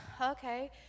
okay